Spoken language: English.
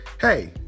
Hey